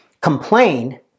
complain